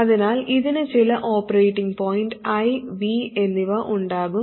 അതിനാൽ ഇതിന് ചില ഓപ്പറേറ്റിംഗ് പോയിന്റ് I V എന്നിവ ഉണ്ടാകും